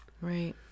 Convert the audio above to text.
right